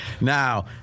now